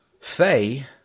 Faye